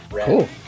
cool